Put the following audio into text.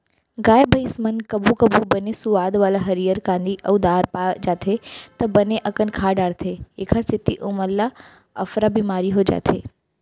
गाय भईंस मन कभू कभू बने सुवाद वाला हरियर कांदी अउ दार पा जाथें त बने अकन खा डारथें एकर सेती ओमन ल अफरा बिमारी हो जाथे